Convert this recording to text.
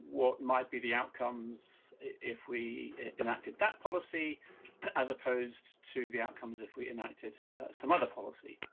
what might be the outcomes if we enacted that policy as opposed to the outcomes if we enacted some other policy.